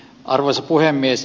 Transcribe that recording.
arvoisa puhemies